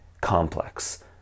complex